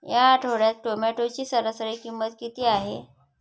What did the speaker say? या आठवड्यात टोमॅटोची सरासरी किंमत किती आहे?